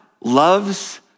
loves